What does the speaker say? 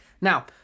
Now